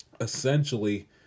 essentially